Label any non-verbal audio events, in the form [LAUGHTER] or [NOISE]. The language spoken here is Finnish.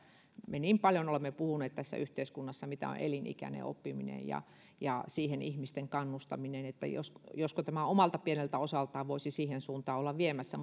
me niin paljon olemme puhuneet tässä yhteiskunnassa mitä on elinikäinen oppiminen ja ja siihen ihmisten kannustaminen eli josko tämä omalta pieneltä osaltaan voisi siihen suuntaan olla viemässä [UNINTELLIGIBLE]